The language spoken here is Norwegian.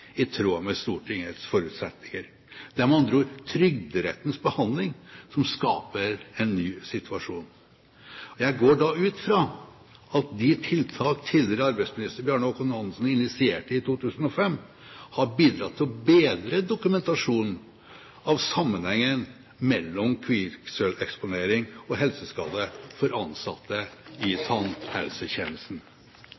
i tråd med Stortingets forutsetninger. Det er med andre ord Trygderettens behandling som skaper en ny situasjon. Jeg går da ut fra at de tiltak tidligere arbeidsminister Bjarne Håkon Hanssen initierte i 2005, har bidratt til å bedre dokumentasjonen av sammenhengen mellom kvikksølveksponering og helseskade for ansatte i